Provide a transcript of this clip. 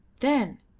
then,